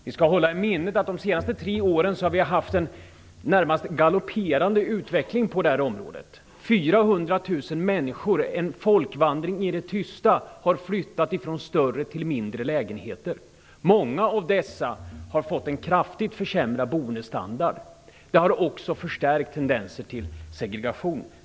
Vi skall hålla i minnet att vi de senaste tre åren haft en närmast galopperande utveckling på det här området. 400 000 människor, en folkvandring i det tysta, har flyttat från större till mindra lägenheter. Många av dessa har fått en kraftigt försämrad boendestandard. Det har också förstärkt tendenser till segregation.